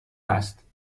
است